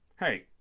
Hey